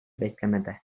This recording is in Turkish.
beklemede